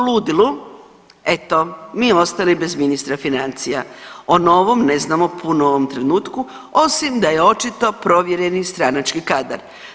ludilu eto mi ostali bez ministra financija, o novom ne znamo puno u ovom trenutku osim da je očito provjereni stranački kadar.